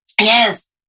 Yes